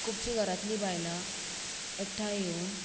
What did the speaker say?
खुबशीं घरांतली बायलां एकठांय येवन